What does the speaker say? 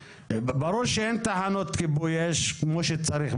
ברור שבחברה הערבית אין תחנות כיבוי אש כמו שצריך,